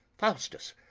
faustus,